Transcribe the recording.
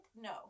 No